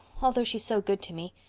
although she's so good to me.